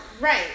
Right